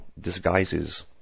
disguises